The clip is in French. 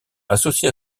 associé